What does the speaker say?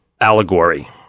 allegory